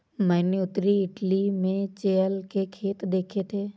मैंने उत्तरी इटली में चेयल के खेत देखे थे